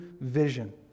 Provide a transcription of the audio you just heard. vision